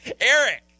Eric